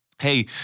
hey